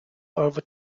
over